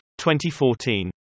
2014